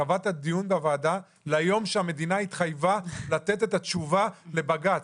היא קבעה את הדיון בוועדה ליום שהמדינה התחייבה לתת את התשובה לבג"ץ,